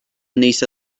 niece